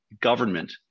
government